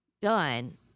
done